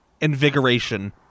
invigoration